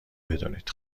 بدونید